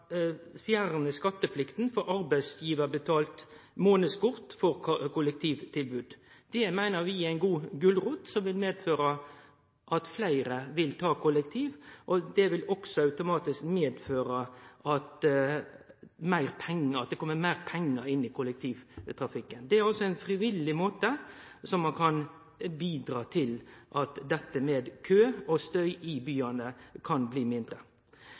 fjerne skatteplikta for arbeidsgivarbetalt månadskort for kollektivtilbod. Det meiner vi er ei god gulrot som vil føre til at fleire vil reise kollektivt, og det vil også automatisk føre til at det kjem meir pengar inn i kollektivtrafikken. Det er altså ein frivillig måte som kan bidra til at problemet med kø og støy i byane kan bli mindre.